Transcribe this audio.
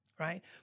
Right